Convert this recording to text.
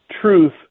Truth